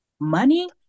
money